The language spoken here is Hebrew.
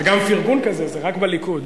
וגם פרגון כזה, זה רק בליכוד.